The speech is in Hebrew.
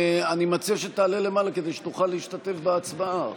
אני מציע שתעלה למעלה כדי שתוכל להשתתף בהצבעה,